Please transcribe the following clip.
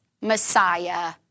Messiah